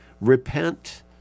Repent